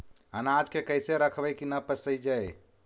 अनाज के कैसे रखबै कि न पसिजै?